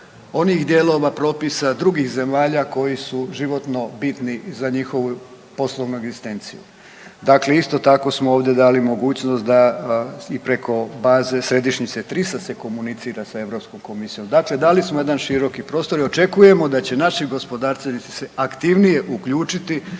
onih dijelova propisa drugih zemalja koji su životno bitni za njihovu poslovnu egzistenciju. Dakle, isto tako smo ovdje dali mogućnost da i preko baze središnjice TRIS-a se komunicira sa Europskom komisijom. Dakle, dali smo jedan široki prostor i očekujemo da će naši gospodarstvenici se aktivne uključiti